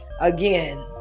Again